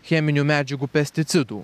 cheminių medžiagų pesticidų